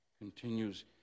continues